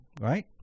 right